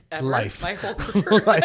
life